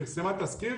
פרסמה תזכיר.